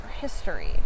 history